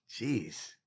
Jeez